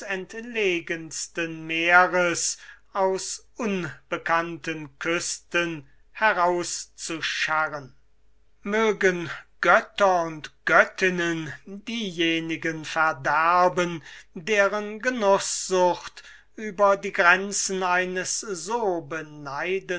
entlegensten meeres aus unbekannten küsten herauszuscharren mögen götter und göttinnen diejenigen verderben deren genußsucht über die grenzen eines so